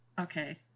Okay